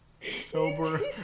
Sober